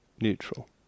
neutral